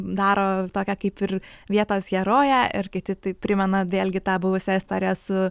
daro tokią kaip ir vietos heroję ir kiti tai primena vėlgi tą buvusią istoriją su